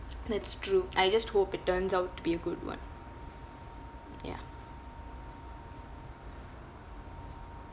and it's true I just hope it turns out to be a good [one] ya